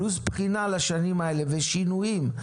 פלוס בחינה לשנים האלה ושינויים,